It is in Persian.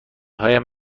هایم